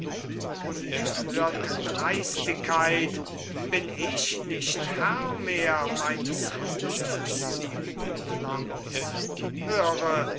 unerhörte dreistigkeit bin ich nicht herr mehr meines hauses menelaus höre